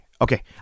okay